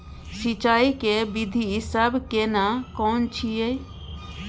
सिंचाई के विधी सब केना कोन छिये?